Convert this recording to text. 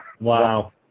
Wow